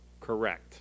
Correct